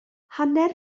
hanner